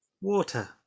water